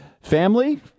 Family